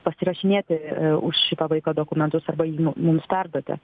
pasirašinėti už šitą vaiką dokumentus arba jį mums perduoti